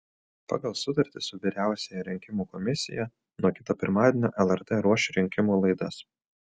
pagal sutartį su vyriausiąja rinkimų komisija nuo kito pirmadienio lrt ruoš rinkimų laidas